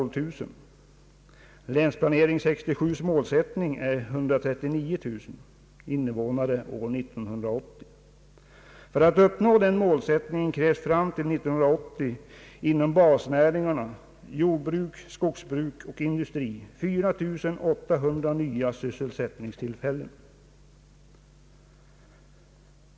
Målsättningen enligt Länsplanering 67 är 139 000 invånare 1980. För att uppnå den målsättningen krävs fram till 1980 inom basnäringarna jordbruk, skogsbruk och industri 4 800 nya sysselsättningstillfällen.